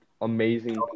amazing